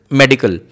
medical